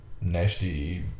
nasty